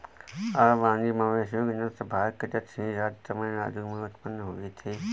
अलंबादी मवेशियों की नस्ल भारत के दक्षिणी राज्य तमिलनाडु में उत्पन्न हुई थी